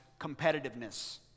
competitiveness